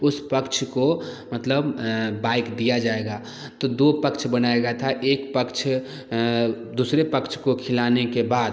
उस पक्ष को मतलब बाइक दिया जाएगा तो दो पक्ष बनाया गया था एक पक्ष दूसरे पक्ष को खिलाने के बाद